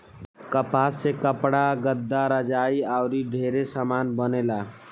कपास से कपड़ा, गद्दा, रजाई आउर ढेरे समान बनेला